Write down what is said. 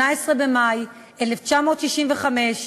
18 במאי 1965,